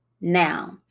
now